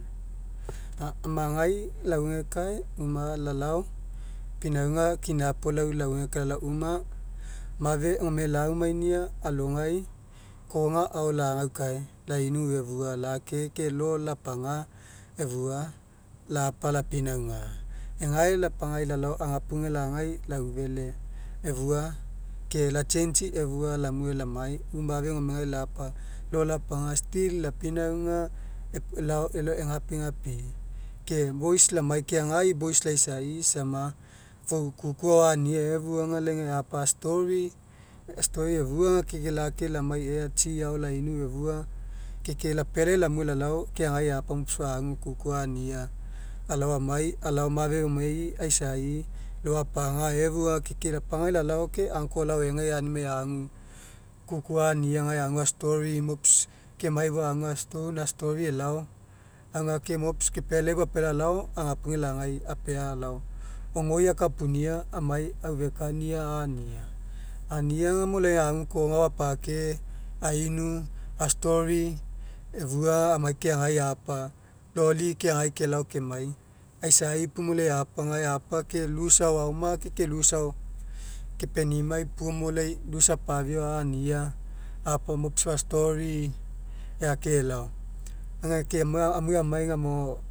Amagai lauegekae uma lalao pinauga kina puo lau lauegekae lau uma mafe gome laumainia alogai koga ao lagaukae lainu efua lake ke lo'o lapaga efua lapa lapinauga egae lapagai lalao agapuge lagai laufele efua ke la change'i efua lamue lamai uma mafe gomegai lapa lo'o lapaga still lapinauga ela elao egapigapi ke boys lamai kegai boys laisaii sama fou kuku ao ania efua ga lai gae apa a'story. A'story efya keaga ke gae lamai ea tsi ao lainu efua ke ke lapealai lamue lalao keagai apa mops fou agu kuku ani aloamai alao mafe go e aisai lo'o apaga efua ke lapagai lalao ke uncle agao egai ke aunimai agu kuku ania gae agu a'story mops ke ai fou agu a'story elao aga mops lai fou alao agapuge laga alao ofoi akapunia amai aufekania ania ama aga mo lau agu koga ao apake ainu a'story efua amai keagai apa loli keagai kelao kemai aisa puo mo lai gae apa mo apa ke loose ao aoma ke ke loose ao kepenimai puo mo elao aga ke amue amai gamo